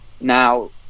now